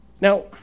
Now